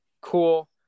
Cool